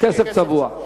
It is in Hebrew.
כסף צבוע.